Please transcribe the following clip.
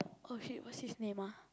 oh shit what's his name ah